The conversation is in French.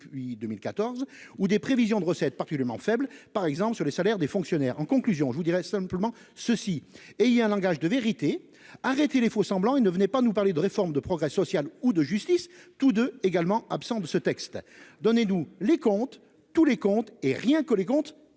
depuis 2014 ou des prévisions de recettes partir du Mans faible par exemple sur les salaires des fonctionnaires. En conclusion, je vous dirai simplement ceci, et il y a un langage de vérité, arrêter les faux-semblants il ne venait pas nous parler de réforme de progrès social ou de justice tous 2 également absent de ce texte. Donnez-nous les comptes tous les comptes et rien que les comptes